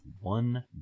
one